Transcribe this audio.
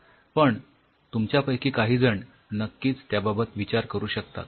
पण तुमच्यापैकी काहीजण नक्कीच त्याबाबत विचार करू शकतात